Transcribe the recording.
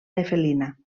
nefelina